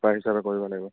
হিচাপে কৰিব লাগিব